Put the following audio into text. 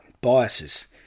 biases